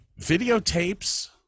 videotapes